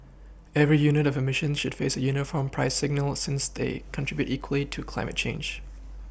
every unit of eMissions should face a uniform price signal since they contribute equally to climate change